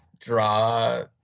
draw